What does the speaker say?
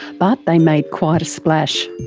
but they made quite a splash.